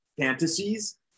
fantasies